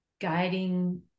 guiding